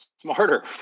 Smarter